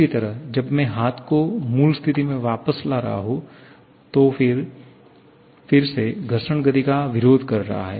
इसी तरह जब मैं हाथ को मूल स्थिति में वापस ला रहा हूं तो फिर से घर्षण गति का विरोध कर रहा है